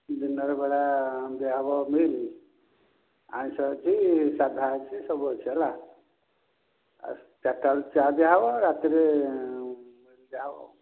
ଦିନବେଳା ଦିଆହବ ମିଲ୍ ଆଇଁସ ଅଛି ସାଧା ଅଛି ସବୁ ଅଛି ହେଲା ଚାରିଟା ବେଳୁ ଚାହା ଦିଆହବ ରାତିରେ ଦିଆହବ ଆଉ